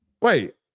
wait